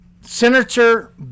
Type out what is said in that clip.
Senator